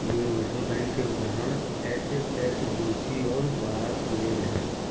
universal bank के उदाहरण HSBC और बार्कलेज हैं